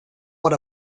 want